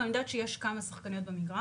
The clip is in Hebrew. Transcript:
אבל אני יודעת שיש כמה שחקניות במגרש.